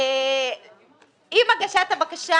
עם הגשת הבקשה,